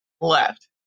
Left